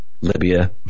Libya